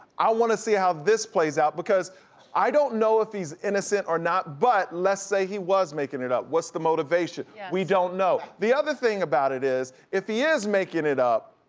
i wanna see how this plays out because i don't know if he's innocent or not but let's say he was making it up. what's the motivation? we don't know, the other thing about it is, if he is making it up,